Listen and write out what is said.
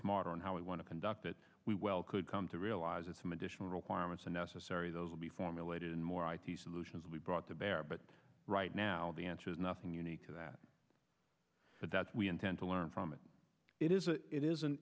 smarter on how we want to conduct that we well could come to realize that some additional requirements are necessary those will be formulated in more solutions we brought to bear but right now the answer is nothing unique to that but that we intend to learn from it it is it is an